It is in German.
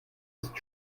ist